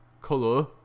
Color